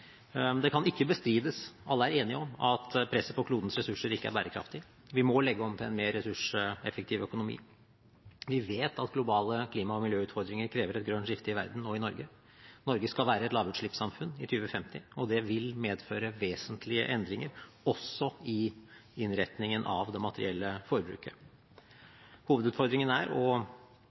Det kan ikke bestrides – alle er enige om det – at presset på klodens ressurser ikke er bærekraftig. Vi må legge om til en mer ressurseffektiv økonomi. Vi vet at globale klima- og miljøutfordringer krever et grønt skifte i verden og i Norge. Norge skal være et lavutslippssamfunn i 2050, og det vil medføre vesentlige endringer, også i innretningen av det materielle forbruket. Hovedutfordringen er å avbøte uønskede konsekvenser av forbruket og